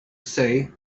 say